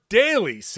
daily